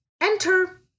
Enter